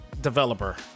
developer